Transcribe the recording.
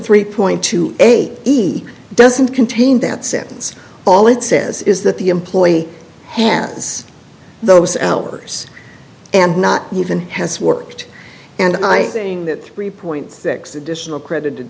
three point two eight he doesn't contain that sentence all it says is that the employee has those hours and not even has worked and i saying that three point six additional credited